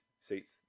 seats